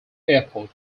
airport